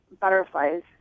butterflies